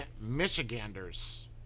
Michiganders